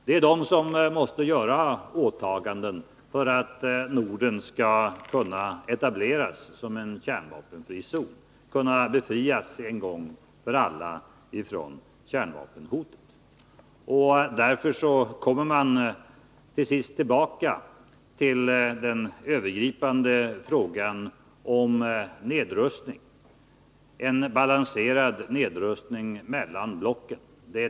Det är de som måste göra åtaganden för att Norden skall kunna etableras som en kärnvapenfri zon, kunna en gång för alla befrias från kärnvapenhotet. Därför kommer man tillbaka till den övergripande frågan om nedrustning, en balanserad nedrustning mellan blocken.